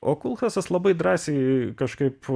o kulchasas labai drąsiai kažkaip